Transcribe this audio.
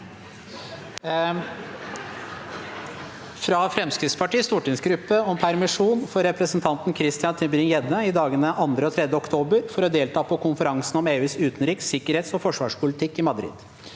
fra Fremskrittspartiets stortingsgruppe om permisjon for representanten Christian Tybring-Gjedde i dagene 2. og 3 oktober for å delta på konferansen om EUs utenriks-, sikkerhets- og forsvarspolitikk i Madrid